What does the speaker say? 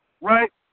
right